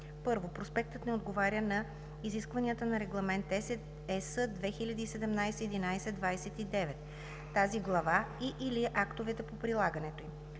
1. проспектът не отговаря на изискванията на Регламент (ЕС) 2017/1129, тази глава и/или актовете по прилагането им;